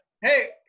hey